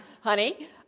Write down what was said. honey